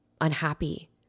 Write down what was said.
unhappy